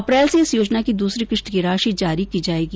अप्रैल से इस योजना की दूसरी किश्त की राशि जारी की जायेगी